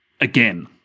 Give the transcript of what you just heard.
again